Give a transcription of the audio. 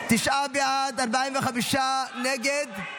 תשעה בעד, 45 נגד.